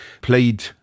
played